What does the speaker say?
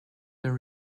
their